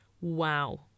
Wow